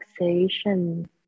relaxation